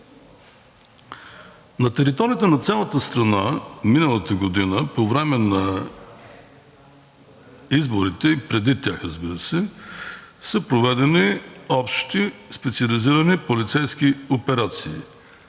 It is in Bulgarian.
На територията на цялата страна миналата година по време на изборите и преди тях, разбира се, са проведени общи специализирани полицейски операции.